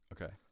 Okay